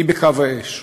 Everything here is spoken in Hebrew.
היא בקו האש.